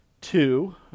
two